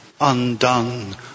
undone